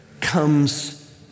comes